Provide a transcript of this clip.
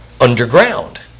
underground